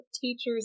teachers